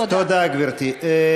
תודה, גברתי.